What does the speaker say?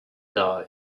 die